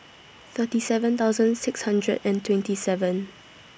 thirty seven thousand six hundred and twenty seven